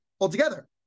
altogether